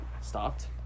stopped